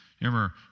Remember